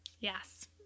yes